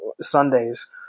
Sundays